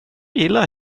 gillar